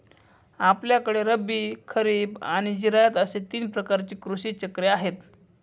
आपल्याकडे रब्बी, खरीब आणि जिरायत अशी तीन प्रकारची कृषी चक्रे आहेत